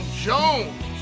Jones